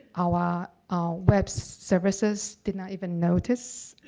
our web services did not even notice.